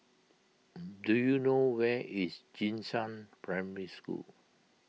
do you know where is Jing Shan Primary School